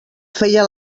feia